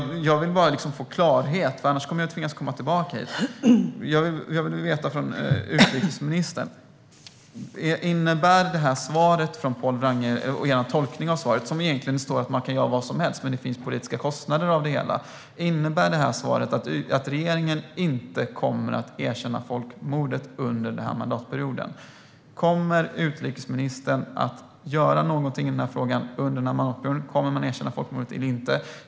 Jag vill bara få klarhet från utrikesministern, annars kommer jag att tvingas komma tillbaka hit. Innebär detta svar från Pål Wrange och er tolkning av svaret - egentligen står det att man kan göra vad som helst men att det finns politiska kostnader med det - att regeringen inte kommer att erkänna folkmordet under denna mandatperiod? Kommer utrikesministern att göra någonting i denna fråga under denna mandatperiod? Kommer man att erkänna folkmordet eller inte?